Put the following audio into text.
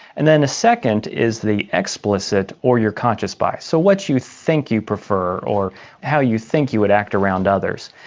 and then a second is the explicit or your conscious bias, so what you think you prefer or how you think you would act around others.